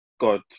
God